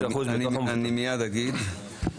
אני מייד אגיד.